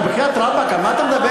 נו, בחייאת רבאק, על מה אתה מדבר?